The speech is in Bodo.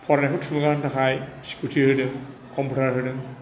फरायनायखौ थुलुंगा होनो थाखाय स्कुटि होदों कम्पिउटार होदों